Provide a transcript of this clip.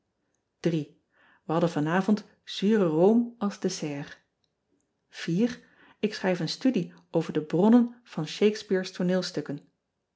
e hadden vanavond zure room als dessert k schrijf een studie over de bronnen van hakesspeare